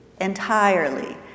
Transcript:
entirely